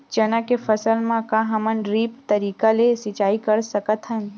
चना के फसल म का हमन ड्रिप तरीका ले सिचाई कर सकत हन?